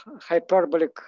hyperbolic